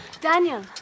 Daniel